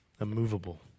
immovable